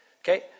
okay